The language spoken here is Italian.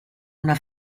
una